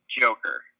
Joker